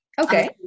Okay